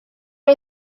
are